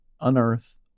Unearth